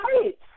right